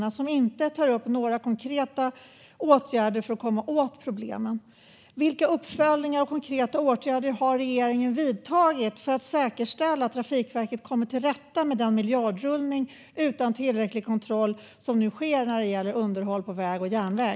Man tar inte upp några konkreta åtgärder för att komma åt problemen. Vilka uppföljningar har regeringen gjort, och vilka konkreta åtgärder har man vidtagit för att säkerställa att Trafikverket kommer till rätta med den miljardrullning utan tillräcklig kontroll som nu sker när det gäller underhåll på väg och järnväg?